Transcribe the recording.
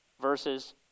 verses